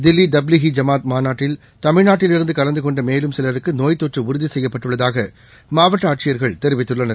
தில்லி தப்லிகி ஜமாத் மாநாட்டில் தமிழ்நாட்டில் இருந்து கலந்துகொண்ட மேலும் சிலருக்கு நோய்த்தொற்று உறுதி செய்யப்பட்டுள்ளதாக மாவட்ட ஆட்சியர்கள் தெரிவித்துள்ளனர்